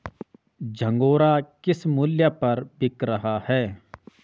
झंगोरा किस मूल्य पर बिक रहा है?